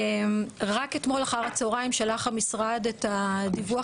רק אתמול אחר הצוהריים שלח המשרד את הדיווח